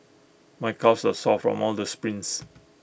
my calves are sore from all the sprints